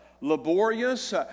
laborious